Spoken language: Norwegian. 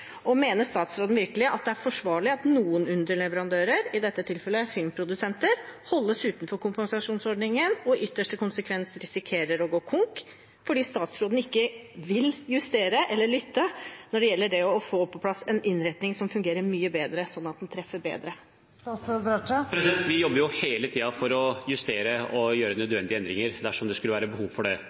Mener statsråden virkelig at det er forsvarlig at noen underleverandører – i dette tilfellet filmprodusenter – holdes utenfor kompensasjonsordningen og i ytterste konsekvens risikerer å gå konk fordi statsråden ikke vil justere eller lytte når det gjelder det å få på plass en innretning som fungerer mye bedre, sånn at den treffer bedre? Vi jobber hele tiden for å justere og gjøre nødvendige endringer dersom det skulle være behov for det.